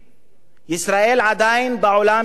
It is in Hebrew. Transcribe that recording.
ישראל עדיין בעולם של האתמול,